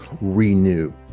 renew